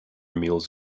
mules